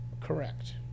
Correct